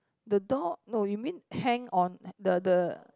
the door no you mean hang on the the